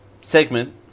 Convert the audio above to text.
segment